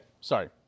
Sorry